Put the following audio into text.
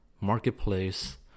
marketplace